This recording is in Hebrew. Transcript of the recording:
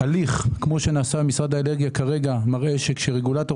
הליך כמו שנעשה במשרד האנרגיה מראה שכשרגולטור